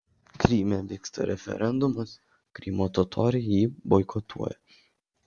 kryme vyksta referendumas krymo totoriai jį boikotuoja